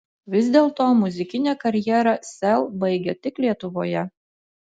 vis dėlto muzikinę karjerą sel baigia tik lietuvoje